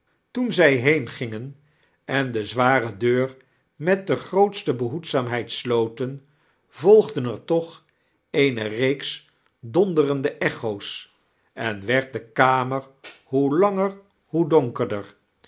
toen zij heemgihgen en de zware dew met de grootste behoedzaamheid sloten volgden er toch eene reeks donderende echo's en werd de kamer h oe langer hoe donkerder